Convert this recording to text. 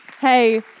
Hey